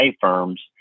firms